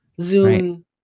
zoom